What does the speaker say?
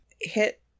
hit